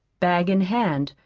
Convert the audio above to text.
bag in hand,